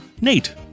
Nate